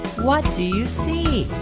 what do you see?